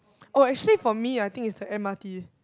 oh actually for me I think is the M_R_T